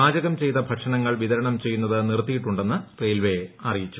പാചകം ചെയ്ത ഭക്ഷണങ്ങൾ വിതരണ്ട് ച്ചെയ്യുന്നത് നിർത്തിയിട്ടുണ്ടെന്ന് റെയിൽവേ അറിയിച്ചു